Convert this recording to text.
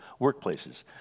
workplaces